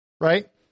Right